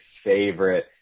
favorite